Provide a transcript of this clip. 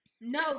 No